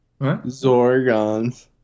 Zorgons